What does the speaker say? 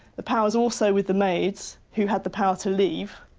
the power's also with the maids, who had the power to leave,